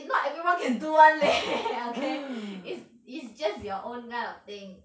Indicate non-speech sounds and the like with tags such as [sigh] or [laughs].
is not everyone can do [one] leh [laughs] okay is is just your own kind of thing